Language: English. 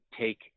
take